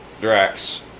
Drax